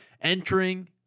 entering